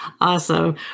Awesome